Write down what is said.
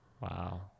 Wow